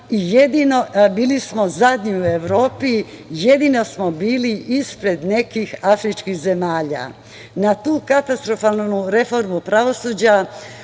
22 mesta, bili smo zadnji u Evropi, jedino smo bili ispred nekih afričkih zemalja. Na tu katastrofalnu reformu pravosuđa